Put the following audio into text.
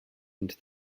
into